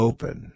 Open